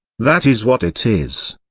that is what it is.